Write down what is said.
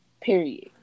period